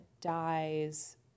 dies